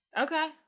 Okay